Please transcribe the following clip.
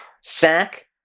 Sack